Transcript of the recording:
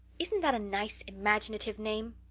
isn't that a nice imaginative name?